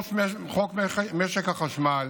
חוק משק החשמל